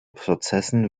prozessen